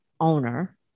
owner